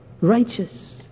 righteous